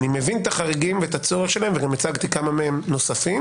אני מבין את החריגים ואת הצורך שלהם וגם הצגתי כמה מהם נוספים